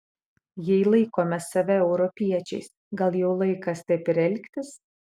jei laikome save europiečiais gal jau laikas taip ir elgtis